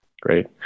Great